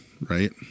right